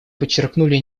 подчеркнули